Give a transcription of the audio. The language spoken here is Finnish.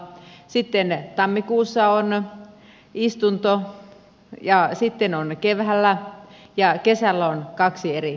sitten tammikuussa on istunto ja sitten on keväällä ja kesällä on kaksi eri kokousreissua